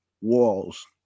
Walls